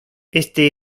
este